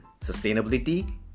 sustainability